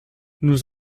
nous